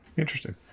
Interesting